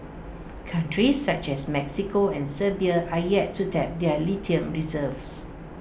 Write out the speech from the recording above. countries such as Mexico and Serbia are yet to tap their lithium reserves